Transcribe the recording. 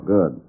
Good